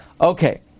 Okay